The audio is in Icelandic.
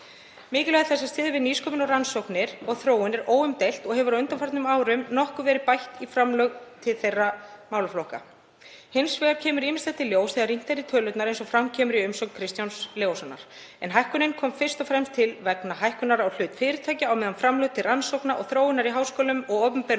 Mikilvægi þess að styðja við nýsköpun, rannsóknir og þróun er óumdeilt og hefur á undanförnum árum nokkuð verið bætt í framlög til þeirra málaflokka. Hins vegar kemur ýmislegt í ljós þegar rýnt er í tölurnar, eins og fram kemur í umsögn Kristjáns Leóssonar, en hækkunin kom fyrst og fremst til vegna hækkunar á hlut fyrirtækja á meðan framlög til rannsókna og þróunar í háskólum og opinberum